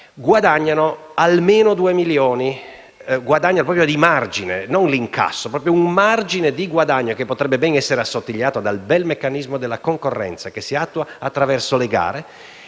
guadagnano almeno due milioni di euro: parliamo di margine, non di incasso, un margine di guadagno che potrebbe essere ben assottigliato dal meccanismo della concorrenza che si attua attraverso le gare.